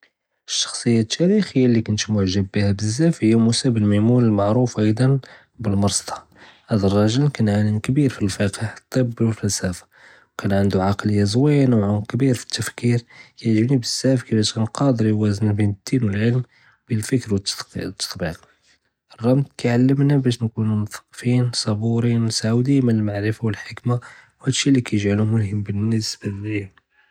שְׁחְסִיָה תָּארִיחִיָה לִי כּנת מְעְגַ'בּ בִּיהָא בּזזאף הִי מוסא בֶּן מֵימוּן לִמַעְרוּף אַיְצָאן בִּאלמַרִסְטָא, האד רָאגֶ'ל כָּאן עָאלֶם כְּבִּיר פִּי אלפִקְה, טִבּ, וּלפַלְסַפָה, כָּאן ענדוּ עַקלִיָה זוּוִיְנָה וּעְמֶק כְּבִּיר פִּתְפְכִּיר, כָּאן כּיַעזבּנִי בּזזאף כִּיפאש כָּאן קָאדֶר כּיַוָאזֶן בּין דִין וּלעִילְם, פִכְּר וּתּטְבִּיק, אלרבּט כּיַעלְמנָא בּאש נְכוּנוּ מתּקָּפִין, צְבּוּרִין, מְתוּעְוִדִין מן לִמעְרִיפָה וּלחִכְּמָה וְהאד שִׁי לִי כּיַגְ'עְלוּ מֻלְהֶם בִּנִסְבָּה לִיַא.